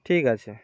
ঠিক আছে